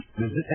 visit